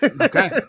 Okay